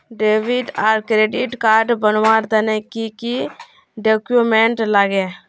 Debit आर credit card बनवार तने की की डॉक्यूमेंट लागे?